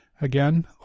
again